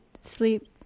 sleep